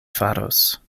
faros